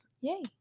Yay